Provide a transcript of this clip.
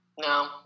No